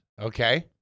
Okay